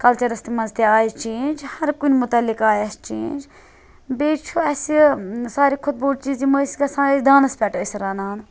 کَلچَرَس تہٕ مَنٛز تہِ آیہِ چینٛج ہَر کُنہِ مُتعلِق آیہِ اَسہِ چینٛج بیٚیہِ چھُ اَسہِ ساروٕے کھۄتہٕ بوٚڑ چیٖز یِم ٲسۍ گَژھان اَسہِ ییٚلہِ دانَس پٮ۪ٹھ ٲسۍ رَنان